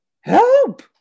help